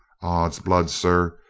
ods blood, sir,